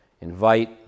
invite